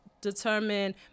determine